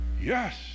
Yes